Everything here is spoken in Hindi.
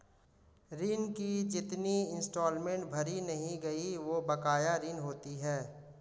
ऋण की जितनी इंस्टॉलमेंट भरी नहीं गयी वो बकाया ऋण होती है